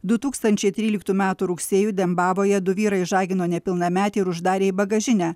du tūkstančiai tryliktų metų rugsėjį dembavoje du vyrai išžagino nepilnametę ir uždarė į bagažinę